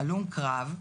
הלום קרב,